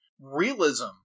realism